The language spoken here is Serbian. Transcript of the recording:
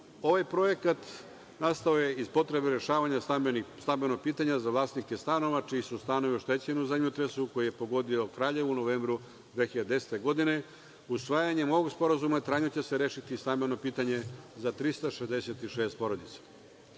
projekat je nastao iz potrebe rešavanja stambenog pitanja za vlasnike stanova čiji su stanovi oštećeni u zemljotresu, koji je pogodio Kraljevo u novembru 2010. godine. Usvajanjem ovog sporazuma trajno će se rešiti stambeno pitanje za 366 porodica. Uslovi